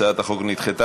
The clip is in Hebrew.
הצעת החוק נדחתה.